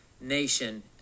nation